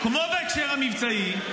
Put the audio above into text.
כמו בהקשר המבצעי,